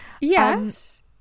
yes